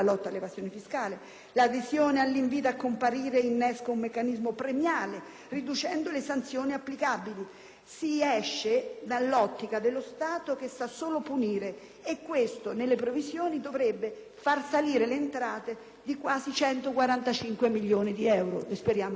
l'adesione all'invito a comparire innesca un meccanismo premiale, riducendo le sanzioni applicabili. Si esce dunque dall'ottica dello Stato che sa solo punire e secondo le previsioni questo dovrebbe far salire le entrate di quasi 145 milioni di euro (e speriamo che questo accada veramente).